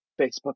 facebook